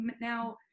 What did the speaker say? Now